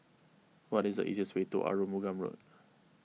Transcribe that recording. what is the easiest way to Arumugam Road